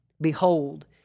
Behold